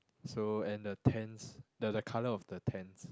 so and the tents the the colour of the tents